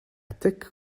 thick